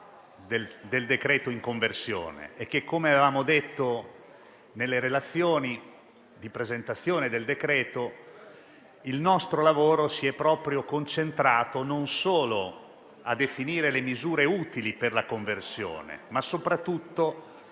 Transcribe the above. del decreto in conversione. Come avevamo detto nelle relazioni di presentazione del provvedimento, il nostro lavoro si è concentrato non solo a definire le misure utili per la conversione, ma anche e soprattutto a